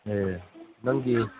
ꯌꯥꯏ ꯌꯥꯏ ꯅꯪꯗꯤ